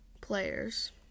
players